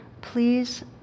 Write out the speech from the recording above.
please